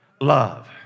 love